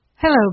Hello